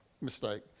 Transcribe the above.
mistake